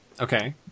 okay